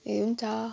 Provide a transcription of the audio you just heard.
ए हुन्छ